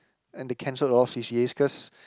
and they cancelled a lot of c_c_as cause